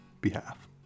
behalf